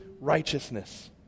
righteousness